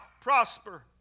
prosper